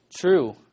true